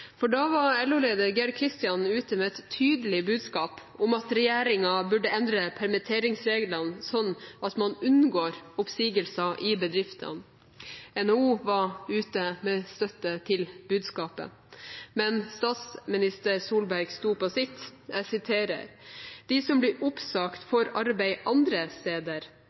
fjor. Da var LO-leder Gerd Kristiansen ute med et tydelig budskap om at regjeringen burde endre permitteringsreglene sånn at man unngår oppsigelser i bedriftene. NHO var ute med støtte til budskapet. Men statsminister Solberg sto på sitt. «De som blir oppsagt får arbeid andre steder»,